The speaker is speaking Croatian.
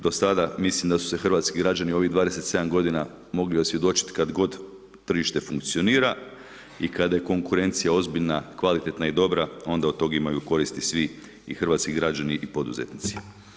Do sada mislim da su se hrvatski građani ovih 27 g. mogli osvjedočiti kad god tržište funkcionira i kada konkurencija je ozbiljna, kvalitetna i dobra, onda od toga imaju koristi svi, i hrvatski građani i poduzetnici.